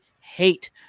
hate